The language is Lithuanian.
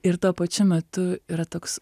ir tuo pačiu metu yra toks